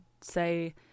say